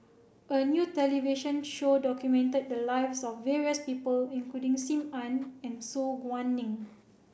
a new television show documented the lives of various people including Sim Ann and Su Guaning